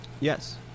Yes